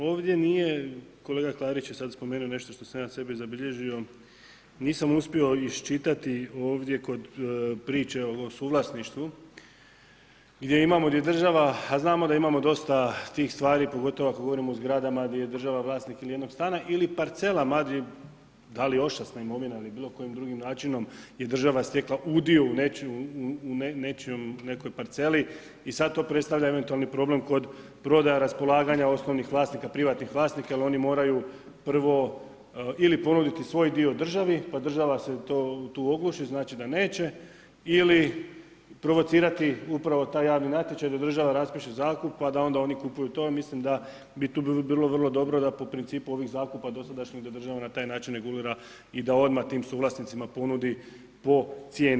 Ovdje nije, kolega Klarić je sad spomenuo nešto što sam ja sebi zabilježio, nisam uspio iščitati ovdje kod priče o suvlasništvu gdje imamo, gdje država, a znamo da imamo dosta tih stvari, pogotovo ako govorimo u zgradama gdje je država vlasnik jednog stana ili parcela da li … imovina ili bilo kojim drugim načinom je država stekla udio u nekoj parceli i sad to predstavlja eventualni problem kod prodaja, raspolaganja osnovnih vlasnika, privatnih vlasnika jer oni moraju prvo ili ponuditi svoj dio državi pa država se tu ogluši, znači da neće ili provocirati upravo taj javni natječaj da država raspiše zakup pa da onda oni kupuju to, mislim da bi tu bilo vrlo dobro da po principu ovih zakupa dosadašnjih da država na taj način regulira i da odmah tim suvlasnicima ponudi po cijeni.